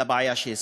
לבעיה שהזכרתי.